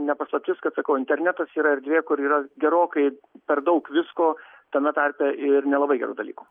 ne paslaptis kad sakau internetas yra erdvė kur yra gerokai per daug visko tame tarpe ir nelabai gerų dalykų